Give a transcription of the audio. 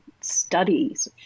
studies